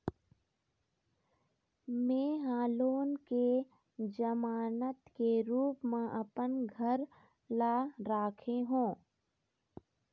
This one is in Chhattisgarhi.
में ह लोन के जमानत के रूप म अपन घर ला राखे हों